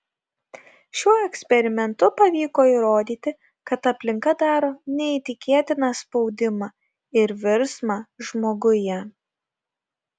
šiuo eksperimentu pavyko įrodyti kad aplinka daro neįtikėtiną spaudimą ir virsmą žmoguje